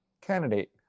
candidate